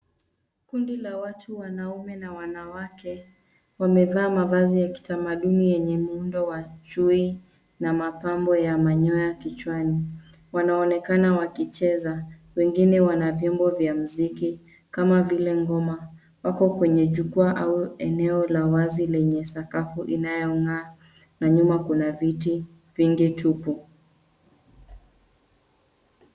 Kundi la watu, wanaume na wanawake, wamevaa mavazi ya kitamaduni yenye muundo wa chui na mapambo ya manyoya kichwani. Wanaonekana wakicheza, wengine Wana vyombo vya muziki kama vile ngoma. Wako kwenye jukwaa au eneo la wazi lenye sakafu inayong'aa, na nyuma kuna vitu vingi tupu.